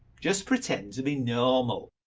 just pretend to be normal!